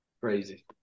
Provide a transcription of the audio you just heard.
Crazy